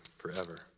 Forever